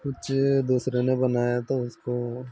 कुछ दूसरे लिए बनाया तो उसको